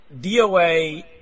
DOA